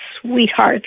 sweetheart